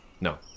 No